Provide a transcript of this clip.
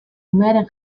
umearen